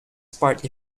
partly